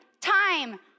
time